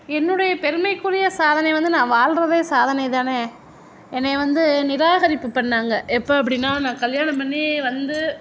என்னுடைய பெருமைக்குரிய சாதனை வந்து நான் வாழ்கிறதே சாதனை தான் என்னை வந்து நிராகரிப்பு பண்ணாங்க எப்போது அப்படின்னா நான் கல்யாணம் பண்ணி வந்து